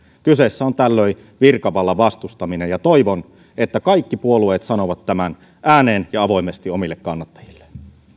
kyseessä on tällöin virkavallan vastustaminen ja toivon että kaikki puolueet sanovat tämän ääneen ja avoimesti omille kannattajilleen arvoisa puhemies